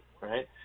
right